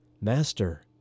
Master